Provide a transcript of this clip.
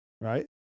right